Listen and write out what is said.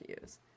use